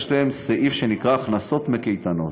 יש להן סעיף שנקרא "הכנסות מקייטנות".